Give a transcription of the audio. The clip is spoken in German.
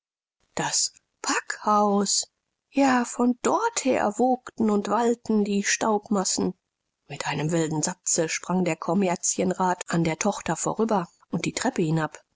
das packhaus ja von dorther wogten und wallten die staubmassen mit einem wilden satze sprang der kommerzienrat an der tochter vorüber und die treppe hinab